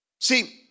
See